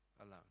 alone